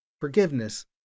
forgiveness